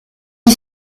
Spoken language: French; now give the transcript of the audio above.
est